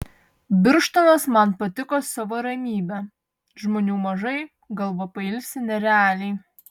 birštonas man patiko savo ramybe žmonių mažai galva pailsi nerealiai